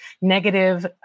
negative